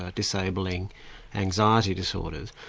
ah disabling anxiety disorders.